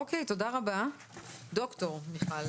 תודה רבה ד"ר מיכל